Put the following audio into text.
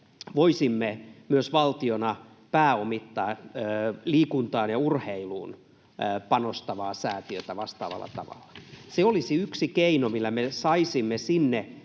voisimme valtiona myös pääomittaa liikuntaan ja urheiluun panostavaa säätiötä vastaavalla tavalla. Se olisi yksi keino, millä me saisimme sinne